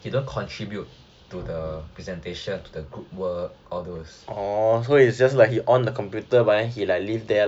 more of like he don't contribute to the presentation to the group work all those